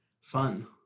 fun